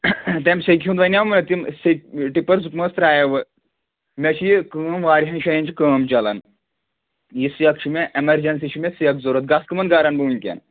تَمہِ سیٚکہِ ہیُٚنٛد ونیٛاو مےٚ تِم سیٚکہِ ٹِپَر زٕ پانٛژھ ترٛایے وُ مےٚ چھِ یہِ کٲم واریاہَن جایَن چھِ کٲم چَلان یہِ سیٚکھ چھِ مےٚ ایمَرجَنسی چھِ مےٚ سیٚکھ ضروٗرَت گژھٕ کٕمَن گَرَن بہٕ وٕنۍکٮ۪ن